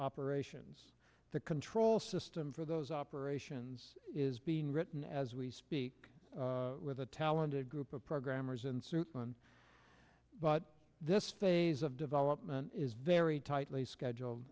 operations the control system for those operations is being written as we speak with a talented group of programmers and suit them but this phase of development is very tightly scheduled